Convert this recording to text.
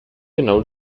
genau